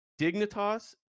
dignitas